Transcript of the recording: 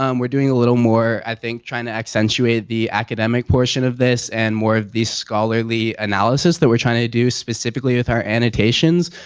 um we're doing a little more, i think, trying to accentuate the academic portion of this and more of the scholarly analysis that we're trying to do specifically with our annotations.